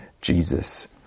Jesus